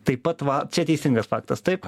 taip pat va čia teisingas faktas taip